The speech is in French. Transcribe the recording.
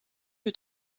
que